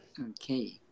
Okay